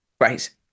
right